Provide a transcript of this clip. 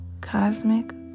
Cosmic